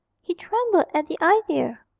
he trembled at the idea.